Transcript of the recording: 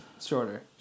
Shorter